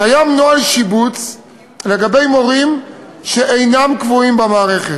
קיים נוהל שיבוץ לגבי מורים שאינם קבועים במערכת.